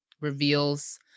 reveals